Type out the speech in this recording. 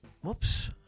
Whoops